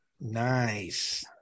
Nice